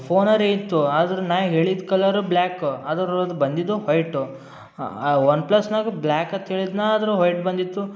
ಫೋನೇ ರೀ ಇತ್ತು ಆದ್ರೂ ನಾನು ಹೇಳಿದ ಕಲರು ಬ್ಲ್ಯಾಕು ಆದರೆ ಅದು ಬಂದಿದ್ದು ವೈಟು ಆ ಒನ್ ಪ್ಲಸ್ನಾಗೂ ಬ್ಲ್ಯಾಕ್ ಅಂತ ಹೇಳಿದ್ನ ಆದ್ರೂ ವೈಟ್ ಬಂದಿತ್ತು